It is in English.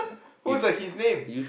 who's the his name